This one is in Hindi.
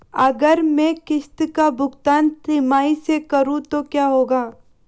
अगर मैं किश्त का भुगतान तिमाही में करूं तो क्या होगा?